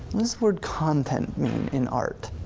does word content mean in art?